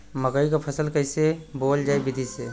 मकई क फसल कईसे बोवल जाई विधि से?